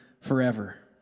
forever